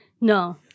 No